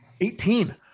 Eighteen